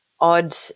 odd